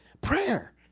Prayer